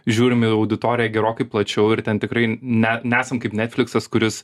žiūrim į auditoriją gerokai plačiau ir ten tikrai ne nesam kaip netfliksas kuris